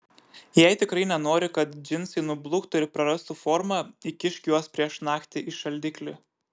jei tikrai nenori kad džinsai nubluktų ir prarastų formą įkišk juos prieš naktį į šaldiklį